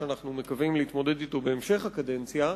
שאנחנו מקווים להתמודד אתו בהמשך הקדנציה,